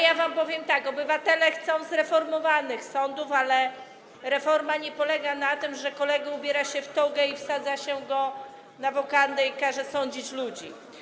Ja wam powiem tak: obywatele chcą zreformowanych sądów, ale reforma nie polega na tym, że kolegę ubiera się w togę, wsadza na wokandę i każe sądzić ludzi.